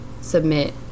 submit